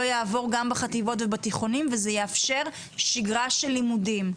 יעבוד גם בחטיבות ובתיכונים וזה גם יאפשר שגרה של לימודים.